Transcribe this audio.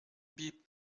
beep